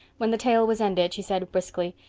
when the tale was ended she said briskly,